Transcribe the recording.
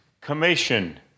commission